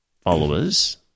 followers